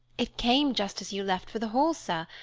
it came just as you left for the hall, sir.